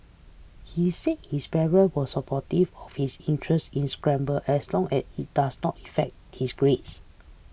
he said his parent were supportive of his interest in scrabble as long as it does not affect his grades